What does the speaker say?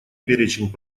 перечень